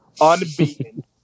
unbeaten